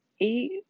eight